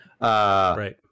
Right